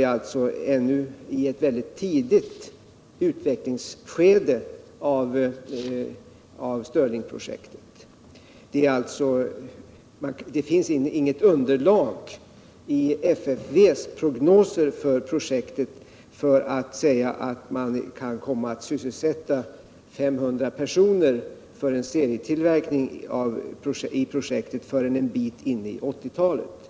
är alltså inne i ett väldigt tidigt utvecklingsskede för Stirlingprojektet. = Det finns ännu inte något underlag i FFV:s prognoser för projektet föratt Om sysselsättningssäga att man kan komma att sysselsätta 500 personer med en serietill — situationen i verkning förrän en bit in på 1980-talet.